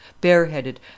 bareheaded